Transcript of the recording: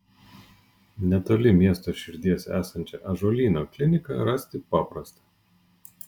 netoli miesto širdies esančią ąžuolyno kliniką rasti paprasta